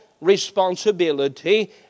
responsibility